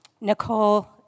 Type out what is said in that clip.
Nicole